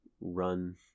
run